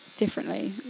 differently